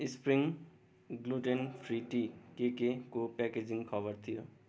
spring gluten free tea केकको packaging खबर थियो